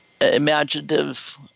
imaginative